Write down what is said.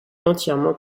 entièrement